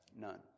none